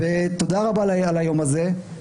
תודה רבה על היום הזה.